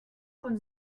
von